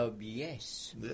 Yes